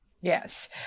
yes